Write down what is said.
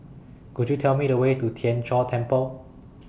Could YOU Tell Me The Way to Tien Chor Temple